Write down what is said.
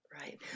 Right